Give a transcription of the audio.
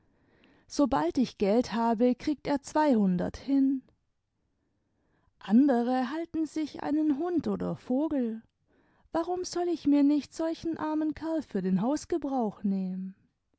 sobald ich geld habe kriegt er zweihimdert hin andere halten sich einen hund oder vogel warum soll ich mir nicht solchen armen kerl für den hausgebrauch nehmen